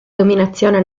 dominazione